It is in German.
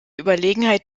überlegenheit